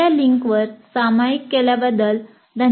com वर सामायिक केल्याबद्दल धन्यवाद